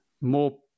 more